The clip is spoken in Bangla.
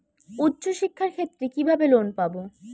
উচ্চশিক্ষার ক্ষেত্রে কিভাবে লোন পাব?